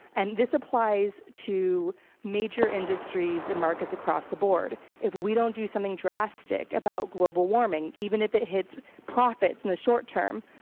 and this applies to major industries and markets across the board. if we don't do something drastic about global warming, even if it hits profits in the short term,